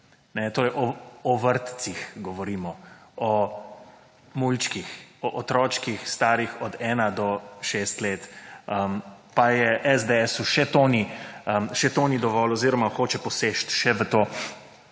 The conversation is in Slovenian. torej o vrtcih govorimo, o mulčkih, o otrocih starih od 1 do 6 let pa je SDS še to ni dovolj oziroma hoče poseči še v to